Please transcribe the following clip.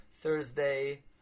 Thursday